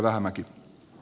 puhemies